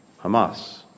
Hamas